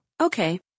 Okay